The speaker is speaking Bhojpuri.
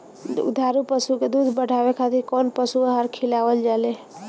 दुग्धारू पशु के दुध बढ़ावे खातिर कौन पशु आहार खिलावल जाले?